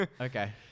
Okay